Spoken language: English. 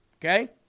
Okay